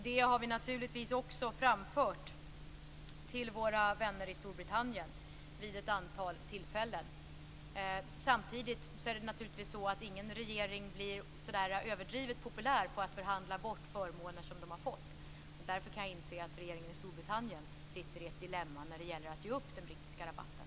Det har vi också framfört till våra vänner i Storbritannien vid ett antal tillfällen. Samtidigt är det så att ingen regering blir överdrivet populär på att förhandla bort förmåner som man har fått. Därför kan jag inse att regeringen i Storbritannien sitter i ett dilemma när det gäller att ge upp den brittiska rabatten.